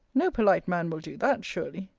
no polite man will do that, surely.